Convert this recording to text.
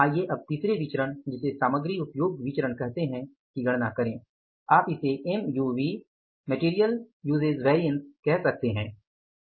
आईये अब तीसरे विचरण जिसे सामग्री उपयोग विचरण कहते है की गणना करें या आप इसे MUV सामग्री उपयोग विचरण भी कह सकते है